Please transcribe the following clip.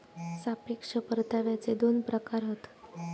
सापेक्ष परताव्याचे दोन प्रकार हत